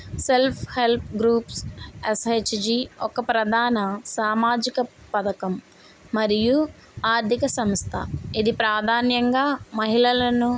self help groups SHG ఒక ప్రధాన సామాజిక పథకం మరియు ఆర్దిక సమస్త ఇది ప్రధాన్యంగా మహిళలను